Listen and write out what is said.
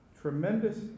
Tremendous